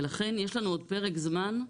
ולכן יש לנו עוד פרק זמן,